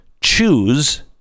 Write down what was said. choose